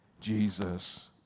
Jesus